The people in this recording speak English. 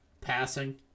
passing